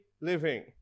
living